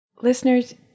Listeners